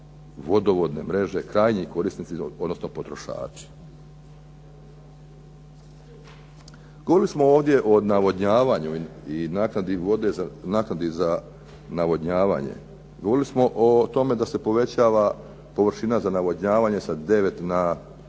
vodovodne mreže krajnji korisnici, odnosno potrošači. Govorili smo ovdje o navodnjavanju i naknadi za navodnjavanje, govorili smo o tome da se povećava površina za navodnjavanje sa 9 na 15